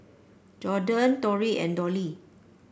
Jordyn Torrey and Dollie